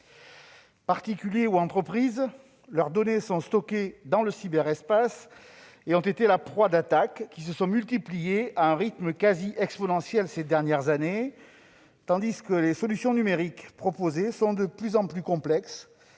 particuliers ou à des entreprises, les données stockées dans le cyberespace ont été la proie d'attaques qui se sont multipliées à un rythme quasi exponentiel au cours des dernières années, tandis que les solutions numériques proposées sont de plus en plus complexes,